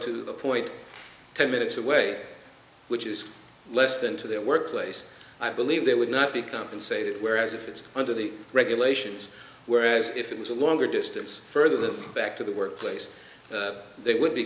the point ten minutes away which is less than to their workplace i believe they would not be compensated whereas if it's under the regulations whereas if it was a longer distance further them back to the workplace they would